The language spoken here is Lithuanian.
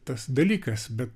tas dalykas bet